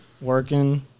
working